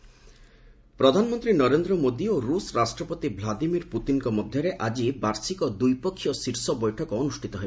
Putin India ପ୍ରଧାନମନ୍ତ୍ରୀ ନରେନ୍ଦ୍ର ମୋଦି ଓ ରୁଷ ରାଷ୍ଟ୍ରପତି ଭ୍ଲାଦିମିର୍ ପୁତିନ୍ଙ୍କ ମଧ୍ୟରେ ଆଜି ବାର୍ଷିକ ଦ୍ୱିପକ୍ଷିୟ ଶୀର୍ଷ ବୈଠକ ଅନୁଷ୍ଠିତ ହେବ